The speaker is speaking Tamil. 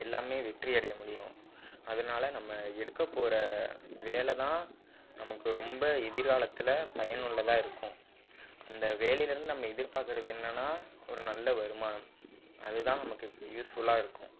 எல்லாமே வெற்றியடைய முடியும் அதனால நம்ம எடுக்கப்போகிற வேலை தான் நமக்கு ரொம்ப எதிர்காலத்தில் பயனுள்ளதாக இருக்கும் அந்த வேலைலேருந்து நம்ம எதிர்பார்க்குறது என்னென்னா ஒரு நல்ல வருமானம் அதுதான் நமக்கு யூஸ்ஃபுல்லாக இருக்கும்